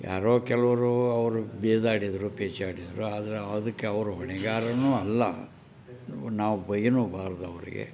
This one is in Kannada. ಯಾರೋ ಕೆಲವರು ಅವರು ಬೈದಾಡಿದ್ದರು ಕಿರುಚಾಡಿದ್ರು ಆದರೆ ಅದಕ್ಕೆ ಅವರು ಹೊಣೆಗಾರನೂ ಅಲ್ಲ ನಾವು ಬೈಯ್ಯಲೂಬಾರ್ದು ಅವರಿಗೆ